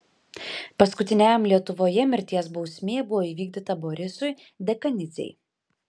paskutiniajam lietuvoje mirties bausmė buvo įvykdyta borisui dekanidzei